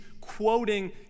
quoting